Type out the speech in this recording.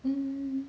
mm